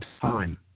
time